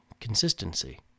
consistency